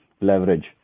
leverage